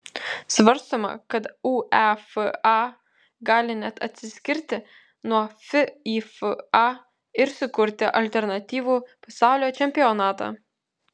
svarstoma kad uefa gali net atsiskirti nuo fifa ir sukurti alternatyvų pasaulio čempionatą